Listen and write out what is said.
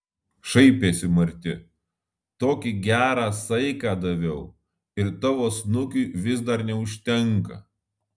šaipėsi marti tokį gerą saiką daviau ir tavo snukiui vis dar neužtenka